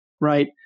right